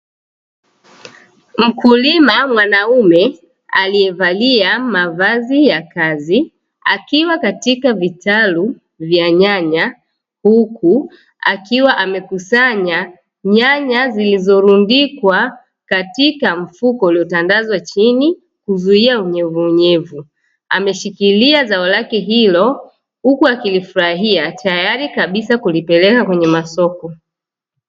Mkulima mwanaume aliyevalia mavazi ya kazi akiwa katika vitalu vya nyanya huku akiwa amekusanya nyanya zilizolundikwa katika mfuko uliotandazwa chini kuzuia unyevu unyevu. Ameshikilia zao lake hilo huku akilifurahia tayari kabisa kulipeleka kwenye masoko.